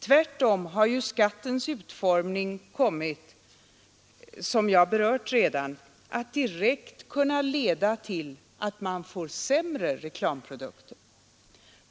Tvärtom har skattens utformning kommit, som jag redan berört, att direkt leda till sämre reklamprodukter.